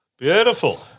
Beautiful